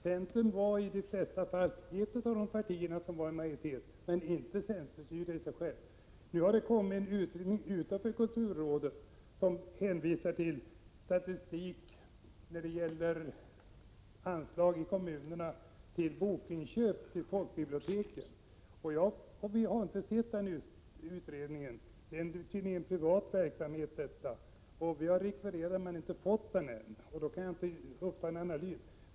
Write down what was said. Centern var i de flesta fall ett av de partier som ingick i majoriteten, men centern hade inte egen majoritet. Nu har det lagts fram resultat från en utredning utanför kulturrådet, som hänvisar till statistik när det gäller anslag i kommunerna till bokinköp till folkbiblioteken. Jag har inte sett den utredningen — det är tydligen någon privat verksamhet. Vi har rekvirerat den men ännu inte fått den och jag kan alltså inte göra någon analys.